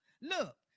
look